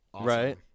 Right